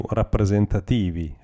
rappresentativi